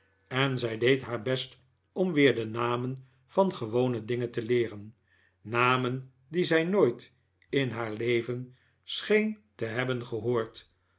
en zij deed haar best om weer de namen van gewone dingen te leeren namen die zij nooit in haar leven scheen te hebben gehoord